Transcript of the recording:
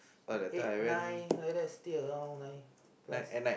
eight nine whether is still around nine plus